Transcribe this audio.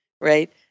right